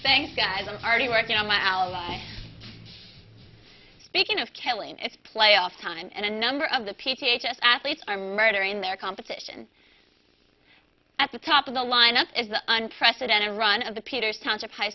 thanks guys are already working on my album speaking of killing it's playoff time and a number of the p c s athletes are murdering their competition at the top of the lineup is the unprecedented run of the peters township high